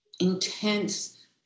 intense